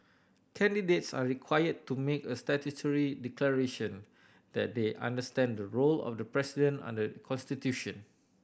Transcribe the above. candidates are required to make a statutory declaration that they understand the role of the president under the constitution